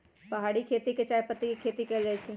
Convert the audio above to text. पहारि खेती में चायपत्ती के खेती कएल जाइ छै